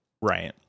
Right